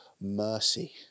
mercy